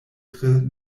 tre